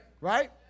Right